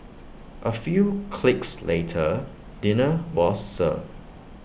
A few clicks later dinner was served